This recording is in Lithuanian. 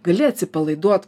gali atsipalaiduot